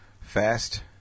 Fast